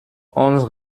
onze